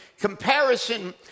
Comparison